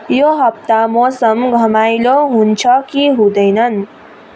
यो हप्ता मौसम घमाइलो हुन्छ कि हुँदैनन्